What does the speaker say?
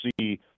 see